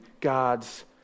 God's